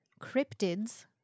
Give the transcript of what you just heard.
Cryptids